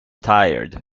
tired